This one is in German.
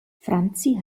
franzi